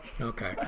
Okay